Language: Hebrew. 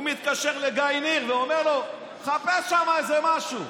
הוא מתקשר לגיא ניר ואומר לו: חפש שם איזה משהו.